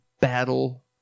battle